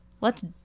let's-